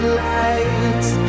lights